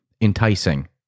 enticing